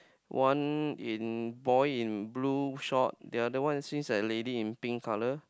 one in boy in blue short the other one seems like a lady in pink color